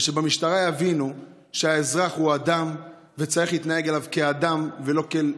ושבמשטרה יבינו שהאזרח הוא אדם ושצריך להתנהג אליו כאל אדם ולא כאל,